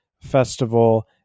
Festival